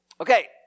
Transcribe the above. Okay